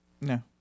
No